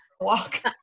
walk